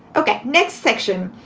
ok. next section.